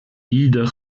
lieder